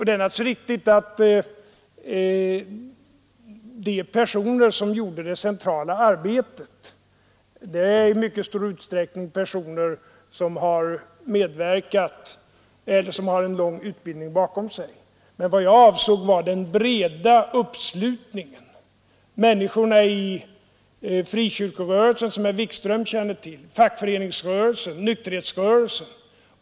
Det är naturligtvis riktigt att de personer som gjorde det centrala arbetet i mycket stor utsträckning är personer som har en lång utbildning bakom sig, men vad jag avsåg var den breda uppslutningen, människorna i frikyrkorörelsen — som herr Wikström känner till —, i fackföreningsrörelsen, i nykterhetsrörelsen.